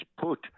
put